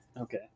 Okay